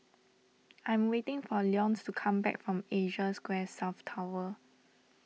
I am waiting for Leonce to come back from Asia Square South Tower